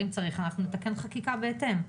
אם צריך נתקן את החקיקה בהתאם.